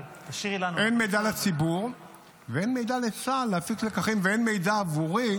אין מידע לציבור ואין מידע לצה"ל להפיק לקחים ואין מידע עבורי,